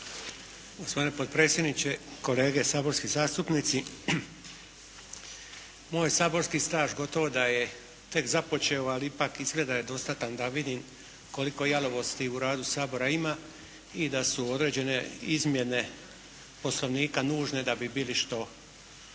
Gospodine dopredsjedniče, kolege saborski zastupnici! Moj saborski staž gotovo da je tek započeo ali ipak izgleda da je dostatan da vidim koliko jalovosti u radu Sabora ima i da su određene izmjene Poslovnika nužne da bi bili što